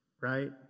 right